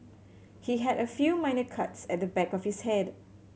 he had a few minor cuts at the back of his head